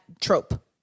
trope